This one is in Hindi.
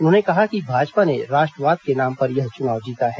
उन्होंने कहा कि भाजपा ने राष्ट्रवाद के नाम पर यह चुनाव जीता है